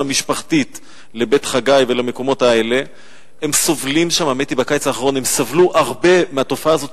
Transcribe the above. להוסיף בקצרה?